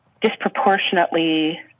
disproportionately